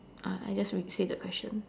uh I just resay that question